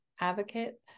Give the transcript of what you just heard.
advocate